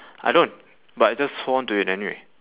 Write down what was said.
I don't but I just hold on to it anyway